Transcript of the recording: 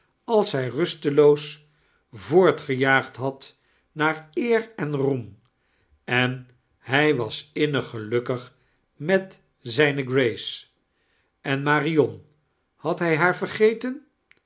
ate hij rusteloos voortgiejaagd had naar eer en roem en hij was innig gelukkig met zijne grace en marion had hij haar vergeten